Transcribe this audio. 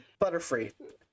Butterfree